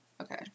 Okay